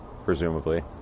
Presumably